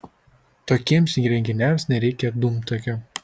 tokiems įrenginiams nereikia dūmtakio